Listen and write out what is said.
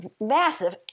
massive